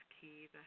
key